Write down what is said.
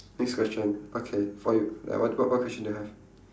next question okay for you like what what what question do you have